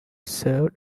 served